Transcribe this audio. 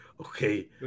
Okay